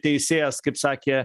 teisėjas kaip sakė